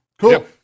Cool